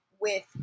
with-